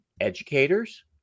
educators